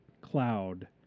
cloud